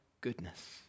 goodness